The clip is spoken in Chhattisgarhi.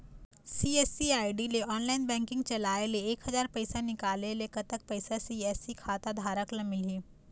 सी.एस.सी आई.डी ले ऑनलाइन बैंकिंग चलाए ले एक हजार पैसा निकाले ले कतक पैसा सी.एस.सी खाता धारक ला मिलही?